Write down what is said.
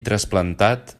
trasplantat